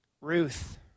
Ruth